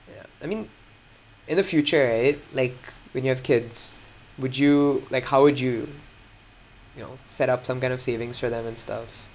yeah I mean in the future right like when you have kids would you like how would you you know set up some kind of savings for them and stuff